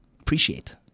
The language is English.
appreciate